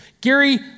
Gary